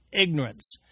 ignorance